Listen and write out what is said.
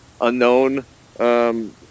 unknown